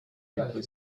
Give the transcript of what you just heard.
railway